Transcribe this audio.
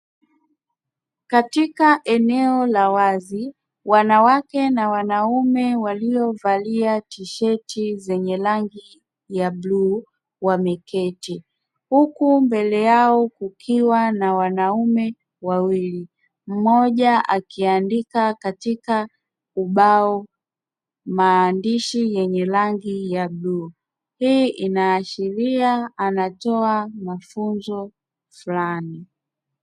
Katika eneo la wazi wanawake na wanaume waliyovalia tisheti zenye rangi ya bluu wameketi, huku mbele yao kukiwa na wanaume wawili mmoja akiandika katika ubao maandishi yenye rangi ya bluu, hii inaashiria anatoa mafunzo fulani.